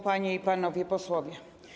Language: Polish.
Panie i Panowie Posłowie!